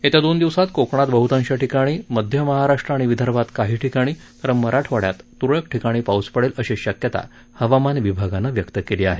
येत्या दोन दिवसात कोकणात बहतांश ठिकाणी मध्य महाराष्ट्र आणि विदर्भात काही ठिकाणी तर मराठवाइयात तुरळक ठिकाणी पाऊस पडेल अशी शक्यता हवामान विभागानं व्यक्त केली आहे